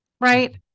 right